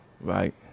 Right